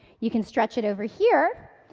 you can stretch it over here,